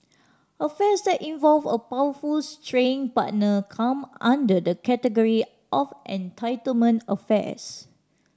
affairs that involve a powerful straying partner come under the category of entitlement affairs